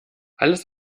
alles